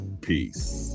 Peace